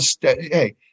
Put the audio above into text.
hey